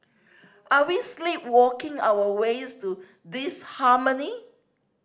are we sleepwalking our ways to disharmony